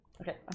Okay